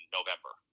November